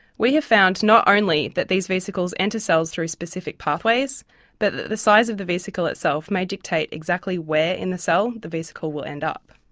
we have found not only that these vesicles enter cells through specific pathways but that the size of the vesicle itself may dictate exactly where in the cell the vesicle will end up.